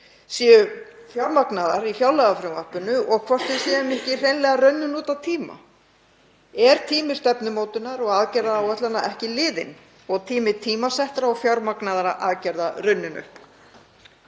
séu fjármagnaðar í fjárlagafrumvarpinu og hvort við séum ekki hreinlega runnin út á tíma. Er tími stefnumótunar og aðgerðaáætlana ekki liðinn og tími tímasettra og fjármagnaðra aðgerða runninn